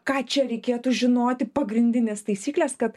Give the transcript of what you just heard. ką čia reikėtų žinoti pagrindines taisykles kad